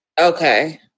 okay